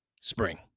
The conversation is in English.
spring